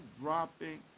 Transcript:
dropping